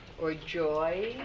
or joy,